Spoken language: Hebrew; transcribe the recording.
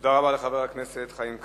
תודה רבה לחבר הכנסת חיים כץ,